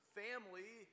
family